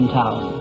town